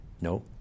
no